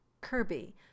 Kirby